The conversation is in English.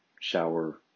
shower